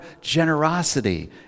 generosity